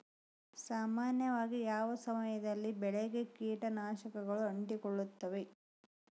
ಸಾಮಾನ್ಯವಾಗಿ ಯಾವ ಸಮಯದಲ್ಲಿ ಬೆಳೆಗೆ ಕೇಟನಾಶಕಗಳು ಅಂಟಿಕೊಳ್ಳುತ್ತವೆ?